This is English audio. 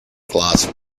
glass